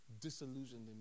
disillusioned